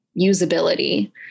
usability